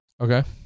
Okay